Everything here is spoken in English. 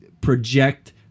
project